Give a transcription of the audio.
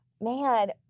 man